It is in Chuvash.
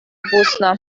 пуснӑ